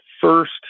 first